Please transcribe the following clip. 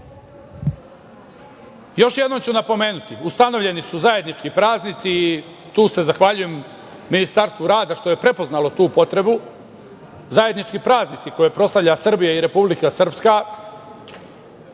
jednom ću napomenuti. Ustanovljeni su zajednički praznici i tu se zahvaljujem Ministarstvu rada što je prepoznalo tu potrebu, zajednički praznici koje proslavlja Srbija i Republika Srpska.